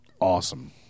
awesome